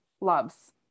loves